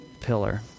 pillar